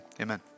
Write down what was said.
amen